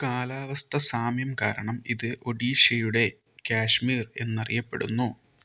കാലാവസ്ഥ സാമ്യം കാരണം ഇത് ഒഡീഷയുടെ കാശ്മീർ എന്നറിയപ്പെടുന്നു